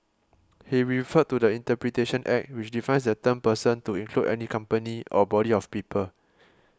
he referred to the Interpretation Act which defines the term person to include any company or body of people